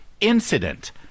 incident